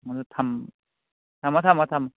ꯑꯗꯨ ꯊꯝꯃꯣ ꯊꯝꯃꯣ ꯊꯝꯃꯣ